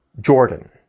Jordan